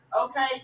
Okay